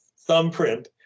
thumbprint